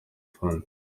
fund